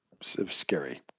scary